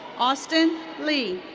austin li.